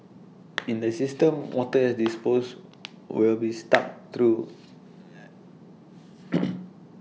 in the system water has disposed will be sucked through